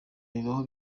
bibaho